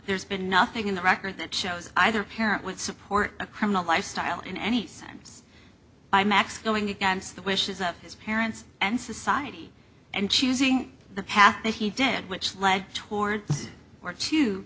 there's been nothing in the record that shows either parent would support a criminal lifestyle in any sense by max going against the wishes of his parents and society and choosing the path that he did which lead toward or to